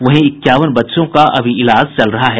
वहीं इक्यावन बच्चों का इलाज चल रहा है